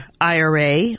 IRA